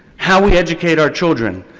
how we educate our children,